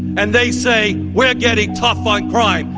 and they say we're getting tough on crime.